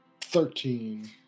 Thirteen